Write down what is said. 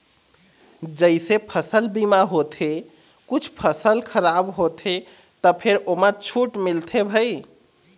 जइसे फसल बीमा होथे कुछ फसल खराब होथे त फेर ओमा छूट मिलथे भई